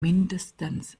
mindestens